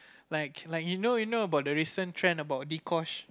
like like you know you now about the recent trend about Dee Kosh